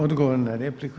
Odgovor na repliku.